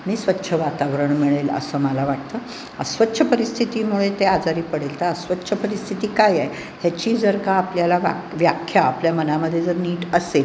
आणि स्वच्छ वातावरण मिळेल असं मला वाटतं अस्वच्छ परिस्थितीमुळे ते आजारी पडेल तर अस्वच्छ परिस्थिती काय आहे ह्याची जर का आपल्याला वाक व्याख्या आपल्या मनामध्ये जर नीट असेल